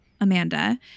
Amanda